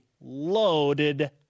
loaded